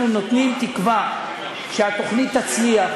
אנחנו נותנים תקווה שהתוכנית תצליח,